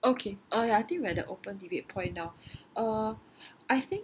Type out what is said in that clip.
okay uh I think we are at the open debate point now uh I think